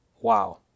Wow